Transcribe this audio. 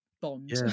bond